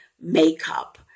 makeup